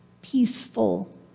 peaceful